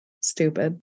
stupid